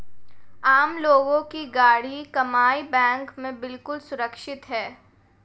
आम लोगों की गाढ़ी कमाई बैंक में बिल्कुल सुरक्षित है